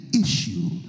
issue